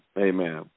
Amen